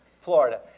Florida